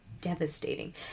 devastating